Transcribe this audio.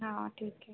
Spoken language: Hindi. हाँ ठीक है